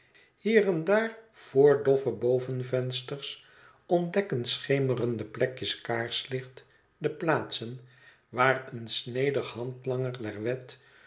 hier en daar voor doffe bovenvensters ontdekken schemerende plekjes kaarslicht de plaatsen waar een snedig handlanger der wet